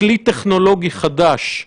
אם יש לנו כלים לגדוע שרשראות הדבקה,